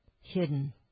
hidden